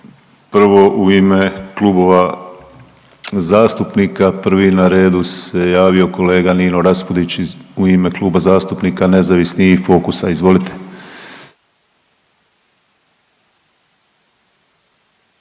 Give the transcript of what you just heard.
prvo u ime klubova zastupnika. Prvi na redu se javio kolega Nino Raspudić iz u ime Kluba zastupnika nezavisnih i Fokusa. Izvolite.